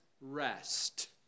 rest